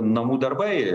namų darbai